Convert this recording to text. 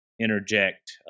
interject